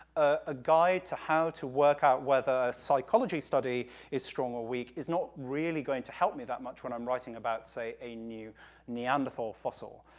a guide to how to work out whether a psychology study is strong or weak is not really going to help me that much when i'm writing about a new neanderthal fossil.